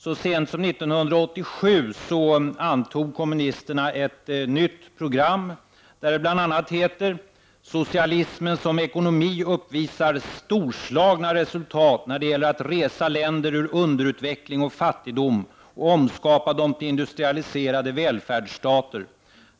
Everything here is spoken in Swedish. Så sent som 1987 antog kommunisterna ett nytt program, där det bl.a. heter: ”Socialismen som ekonomi uppvisar storslagna resultat när det gäller att resa länder ur underutveckling och fattigdom, och omskapa dem till industrialiserade välfärdsstater.